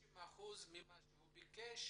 50% ממה שהוא ביקש,